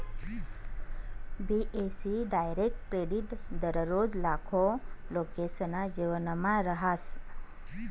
बी.ए.सी direct credit दररोज लाखो लोकेसना जीवनमा रहास